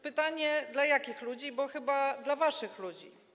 Pytanie, dla jakich ludzi, bo chyba dla waszych ludzi.